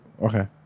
Okay